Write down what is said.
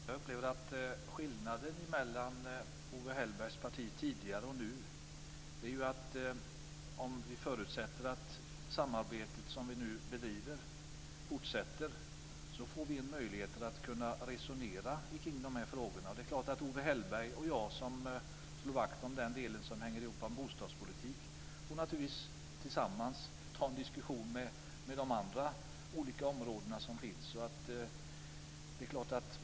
Fru talman! Jag upplever en skillnad på Owe Hellbergs parti nu jämfört med tidigare: Förutsatt att det samarbete vi nu bedriver fortsätter får vi nämligen möjligheter att resonera kring de här frågorna. Owe Hellberg och jag, som slår vakt om det som hänger ihop med bostadspolitiken, får naturligtvis tillsammans ta en diskussion med de andra olika områden som finns.